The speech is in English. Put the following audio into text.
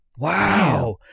Wow